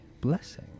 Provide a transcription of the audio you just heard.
blessing